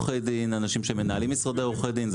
אנשים שמנהלים משרדי עורכי דין.